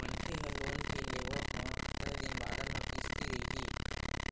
मनखे ह लोन के लेवब म तय दिन बादर म किस्ती रइही